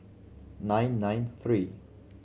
nine nine three